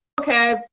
okay